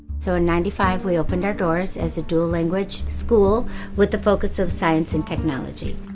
so in ninety five, we opened our doors as a dual language school with the focus of science and technology.